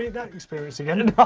that experience again. and but